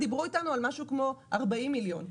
דיברו איתנו על משהו כמו 40 מיליון.